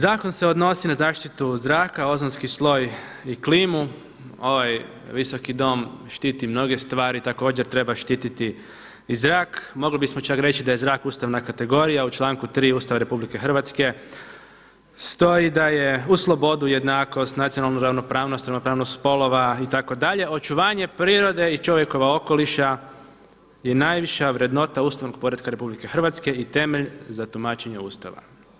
Zakon se odnosi na zaštitu zraka, ozonski sloj i klimu, ovaj Visoki dom štiti mnoge stvari, također treba štiti i zrak, mogli bismo čak reći da je zrak ustavna kategorija, u članku 3. Ustava RH stoji da je uz slobodu, jednakost, nacionalnu ravnopravnost, ravnopravnost spolova, itd., očuvanje prirode i čovjekova okoliša je najviša vrednota ustavnog poretka RH i temelj za tumačenje Ustava.